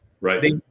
Right